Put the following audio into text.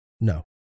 No